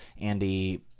Andy